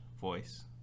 voice